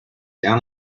down